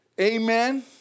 amen